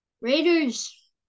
Raiders